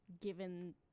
given